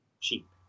Cheap